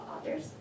others